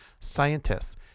scientists